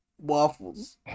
waffles